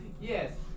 Yes